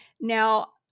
Now